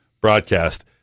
broadcast